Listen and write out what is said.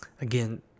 Again